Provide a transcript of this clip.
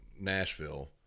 Nashville